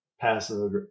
passive